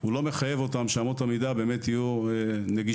הוא לא מחייב אותם שאמות המידה באמת יהיו נגישות.